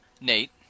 Nate